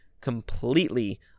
completely